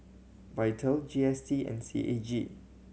Vital G S T and C A G